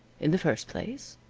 in the first place,